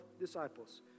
disciples